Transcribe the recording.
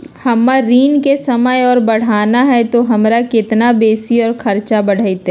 हमर ऋण के समय और बढ़ाना है तो हमरा कितना बेसी और खर्चा बड़तैय?